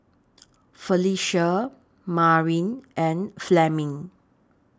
Phylicia Maren and Fleming